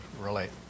relate